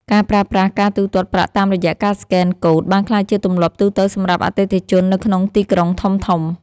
ការប្រើប្រាស់ការទូទាត់ប្រាក់តាមរយៈការស្កេនកូដបានក្លាយជាទម្លាប់ទូទៅសម្រាប់អតិថិជននៅក្នុងទីក្រុងធំៗ។